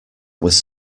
was